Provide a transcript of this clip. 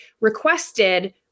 requested